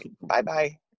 bye-bye